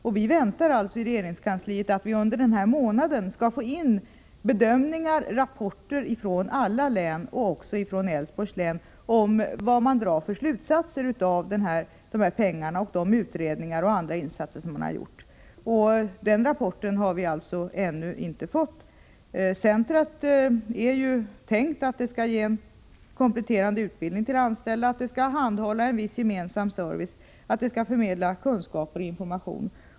Inom regeringskansliet förväntar vi oss att under den här månaden få in bedömningar och rapporter från alla län, även från Älvsborgs län, av vilka framgår vad man dragit för slutsatser när det gäller de här pengarna och de utredningar och andra insatser som har gjorts. Vi har alltså ännu inte fått in några sådana rapporter. Det är ju tänkt att ett sådant här centrum skall bidra till att anställda inom tekobranschen får en kompletterande utbildning. Vidare är det avsett för att tillhandahålla en viss gemensam service och för att förmedla kunskaper och information.